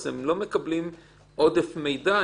הם לא מקבלים עודף מידע,